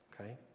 Okay